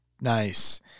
nice